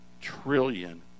trillion